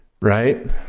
Right